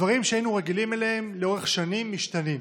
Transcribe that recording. דברים שהיינו רגילים אליהם לאורך שנים משתנים,